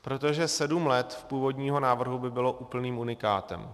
Protože sedm let z původního návrhu by bylo úplným unikátem.